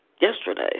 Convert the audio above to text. yesterday